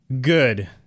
good